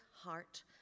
heart